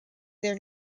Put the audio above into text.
their